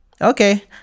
Okay